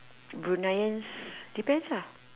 Bruneians depends ah